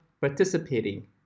participating